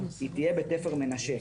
תהיה בתפר מנשה,